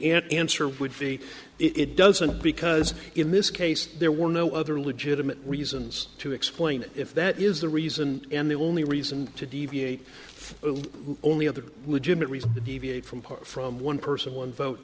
eight answer would be it doesn't because in this case there were no other legitimate reasons to explain it if that is the reason and the only reason to deviate the only other legitimate reason to deviate from part from one person one vote